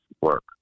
work